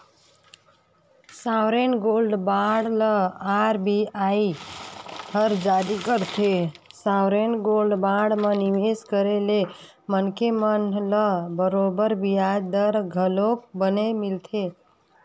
sovereign gold bond ल RBI हर जारी करथे, सॉवरेन गोल्ड बांड म निवेस करे ले मनखे मन ल बरोबर बियाज दर घलोक बने मिलथे